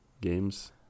games